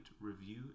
review